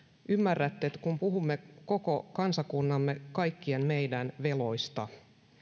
ymmärrätte että kun puhumme koko kansakuntamme kaikkien meidän veloista